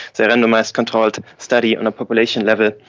the randomised controlled study, on a population level,